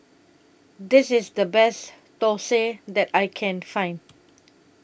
This IS The Best Thosai that I Can Find